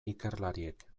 ikerlariek